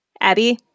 Abby